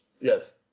Yes